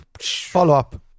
Follow-up